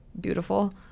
beautiful